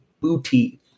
booty